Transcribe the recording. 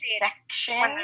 section